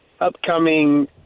upcoming